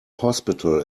hospital